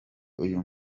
uyu